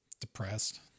depressed